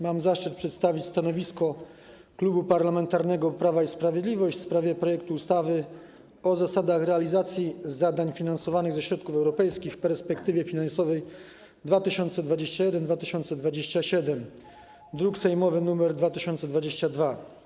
Mam zaszczyt przedstawić stanowisko Klubu Parlamentarnego Prawo i Sprawiedliwość w sprawie projektu ustawy o zasadach realizacji zadań finansowanych ze środków europejskich w perspektywie finansowej 2021-2027, druk sejmowy nr 2022.